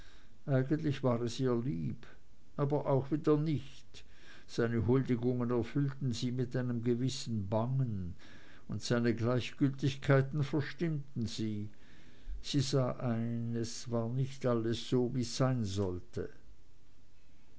eigentlich war es ihr lieb aber auch wieder nicht seine huldigungen erfüllten sie mit einem gewissen bangen und seine gleichgültigkeiten verstimmten sie sie sah ein es war nicht alles so wie's sein sollte